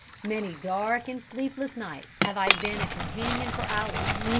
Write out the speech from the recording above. many dark and sleepless nights have i been a companion for owls,